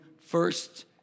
first